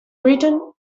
written